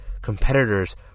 competitors